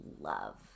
love